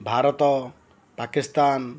Bharat Pakistan